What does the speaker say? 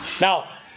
Now